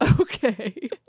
Okay